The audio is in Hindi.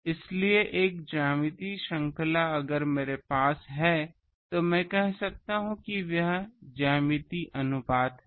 इसलिए एक ज्यामितीय श्रृंखला अगर मेरे पास है तो मैं कह सकता हूं कि यह वही ज्यामितीय अनुपात है